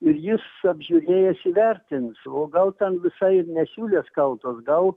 ir jis apžiūrėjęs įvertins o gal ten visai ne siūlės kaltos gal